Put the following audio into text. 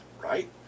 right